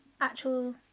actual